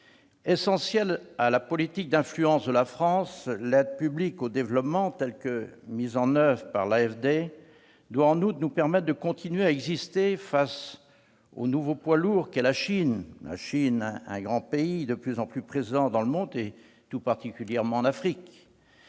Essentielle à la politique d'influence de la France, l'aide publique au développement telle que mise en oeuvre par l'AFD doit en outre nous permettre de continuer à exister face au nouveau poids lourd qu'est la Chine ; ce grand pays est de plus en plus présent dans le monde, tout particulièrement en Afrique.